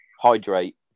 hydrate